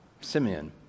Simeon